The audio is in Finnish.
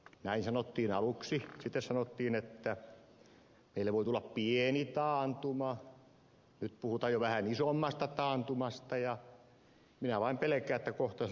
näin sanottiin aluksi sitten sanottiin että meille voi tulla pieni taantuma nyt puhutaan jo vähän isommasta taantumasta ja minä vain pelkään että kohta sanotaan että meillä on lama